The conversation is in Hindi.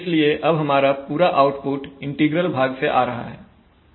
इसलिए अब हमारा पूरा आउटपुट इंटीग्रल भाग से आ रहा है